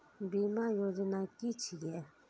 बीमा योजना कि छिऐ?